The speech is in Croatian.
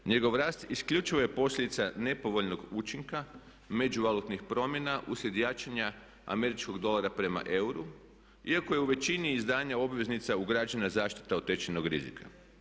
Njegov rast isključivo je posljedica nepovoljnog učinka međuvalutnih promjena uslijed jačanja američkog dolara prema euru iako je u većini izdanja obveznica ugrađena zaštita od tečajnog rizika.